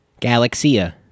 Galaxia